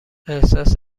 احساس